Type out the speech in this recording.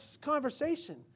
conversation